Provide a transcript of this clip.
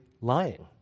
lying